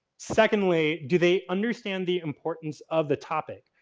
secondly, do they understand the importance of the topic?